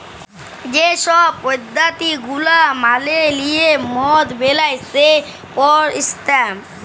যে ছব পদ্ধতি গুলা মালে লিঁয়ে মদ বেলায় সেই পরসেসট